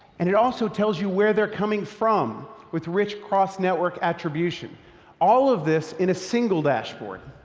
and it also tells you where they're coming from with rich cross network attribution all of this in a single dashboard.